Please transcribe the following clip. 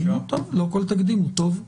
לא כל תקדים הוא טוב.